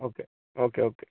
okay okay okay